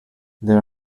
there